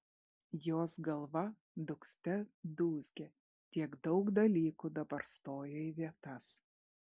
jos galva dūgzte dūzgė tiek daug dalykų dabar stojo į vietas